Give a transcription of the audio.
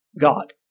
God